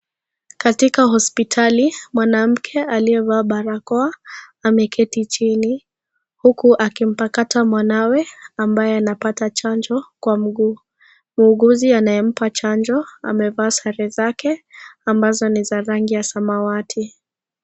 Katika hospitali mwanamke aliyevaa barakoa ameketi chini, huku akimpakata mwanawe ambaye anapata chanjo kwa mguu. Muuguzi anayempa chanjo amevaa sare zake ambazo ni za rangi ya samawati.